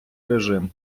режим